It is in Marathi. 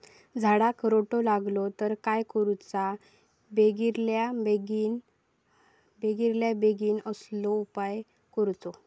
झाडाक रोटो लागलो तर काय करुचा बेगितल्या बेगीन कसलो उपाय करूचो?